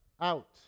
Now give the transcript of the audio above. out